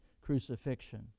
crucifixion